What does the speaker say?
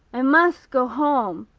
i must go home,